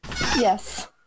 Yes